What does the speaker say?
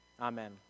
Amen